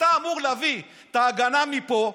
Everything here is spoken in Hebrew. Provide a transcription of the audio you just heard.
אתה אמור להביא את ההגנה מפה,